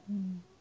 嗯